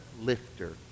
lifter